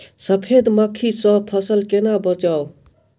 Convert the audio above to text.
सफेद मक्खी सँ फसल केना बचाऊ?